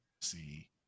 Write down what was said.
see